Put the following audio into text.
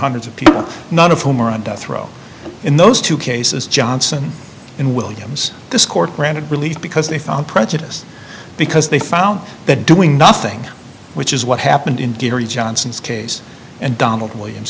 hundreds of people none of whom are on death row in those two cases johnson in williams this court granted relief because they found prejudice because they found that doing nothing which is what happened in gary johnson is case and donald williams